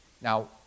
Now